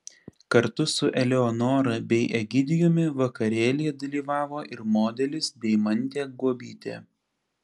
kartu su eleonora bei egidijumi vakarėlyje dalyvavo ir modelis deimantė guobytė